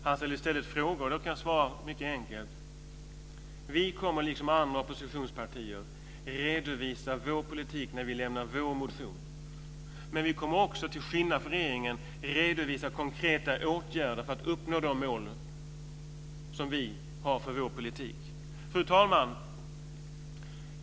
Han ställer i stället frågor, och dem kan jag svara mycket enkelt på: Vi kommer liksom andra oppositionspartier att redovisa vår politik när vi lämnar vår motion, men vi kommer också, till skillnad från regeringen, att redovisa konkreta åtgärder för att uppnå de mål som vi har för vår politik. Fru talman!